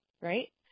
right